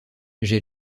j’ai